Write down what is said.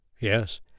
Yes